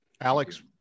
Alex